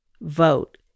vote